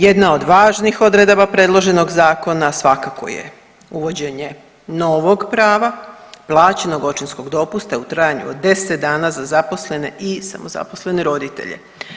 Jedna od važnih odredaba predloženog zakona svakako je uvođenje novog prava, plaćenog očinskog dopusta u trajanju od 10 dana za zaposlene i samozaposlene roditelje.